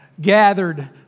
gathered